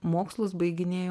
mokslus baiginėjo